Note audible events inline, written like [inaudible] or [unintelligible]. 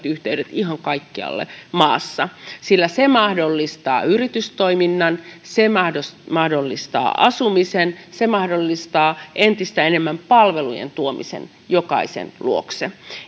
[unintelligible] yhteydet ihan kaikkialle maassa sillä se mahdollistaa yritystoiminnan se mahdollistaa asumisen se mahdollistaa entistä enemmän palvelujen tuomisen jokaisen luokse